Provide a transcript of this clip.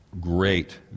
Great